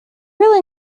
really